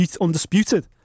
undisputed